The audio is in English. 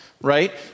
right